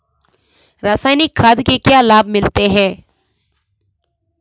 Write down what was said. रसायनिक खाद के क्या क्या लाभ मिलते हैं?